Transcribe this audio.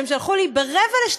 שהם שלחו לי ב-23:45,